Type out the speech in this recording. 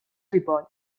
ripoll